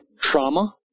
trauma